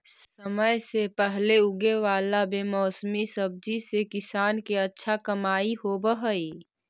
समय से पहले उगे वाला बेमौसमी सब्जि से किसान के अच्छा कमाई होवऽ हइ